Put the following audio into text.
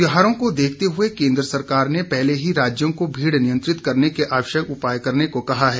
त्योहारों को देखते हुए केन्द्र सरकार ने पहले ही राज्यों को भीड़ नियंत्रित करने के आवश्यक उपाय करने को कहा है